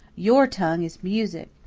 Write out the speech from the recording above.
your tongue is music.